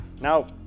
Now